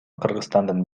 кыргызстандын